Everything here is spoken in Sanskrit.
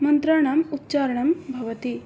मन्त्राणाम् उच्चारणं भवति